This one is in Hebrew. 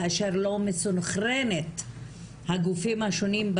כאשר לא מסונכרנת הגופים השונים,